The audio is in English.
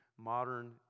modern